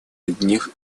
одних